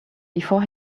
before